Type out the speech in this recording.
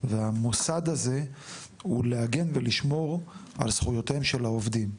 והמוסד הזה הוא להגן ולשמור על זכויותיהם של העובדים.